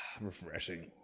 Refreshing